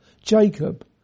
Jacob